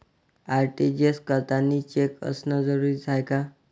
RTGS करतांनी cheque असनं जरुरीच हाय का?